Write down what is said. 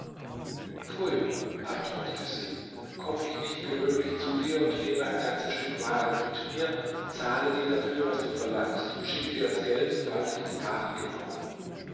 pfui antwortete sie komm ich nicht gewöhnlich zu dir und nehme ein ganzes stück ware mit mir zahle dir dafür was du verlangst und schicke dir das geld sobald ich die ware genommen